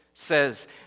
says